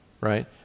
right